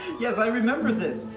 yes, i remember this.